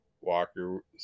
walker